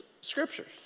scriptures